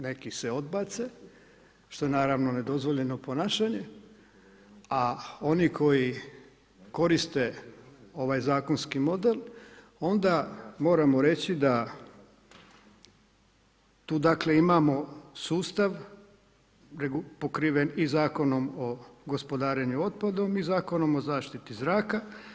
Neki se odbace što je naravno nedozvoljeno ponašanje, a oni koji koriste ovaj zakonski model onda moramo reći da tu dakle imamo sustav pokriven i Zakonom o gospodarenju otpadom i Zakonom o zaštiti zraka.